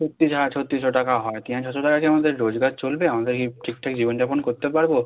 ছত্রিশশো টাকা হয় তিন হাজার ছশো টাকায় কি আমাদের রোজগার চলবে আমরা কি ঠিকঠাক জীবনযাপন করতে পারব